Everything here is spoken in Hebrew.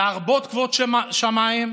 להרבות כבוד שמיים,